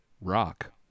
Rock